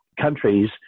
countries